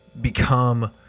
become